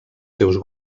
seus